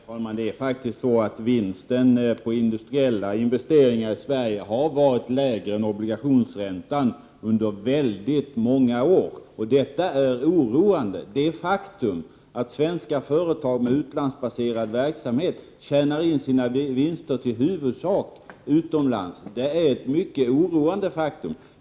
Prot. 1988/89:125 Herr talman! Vinsten på industriella investeringar i Sverige har faktiskt 31 maj 1989 varit lägre än obligationsräntan under många år. Detta är oroande. Det faktum att svenska företag med utlandsbaserad verksamhet i huvudsak tjänar in sina vinster utomlands är mycket oroande.